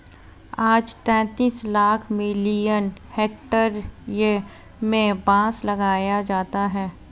आज तैंतीस lakh million hectare में बांस लगाया जाता है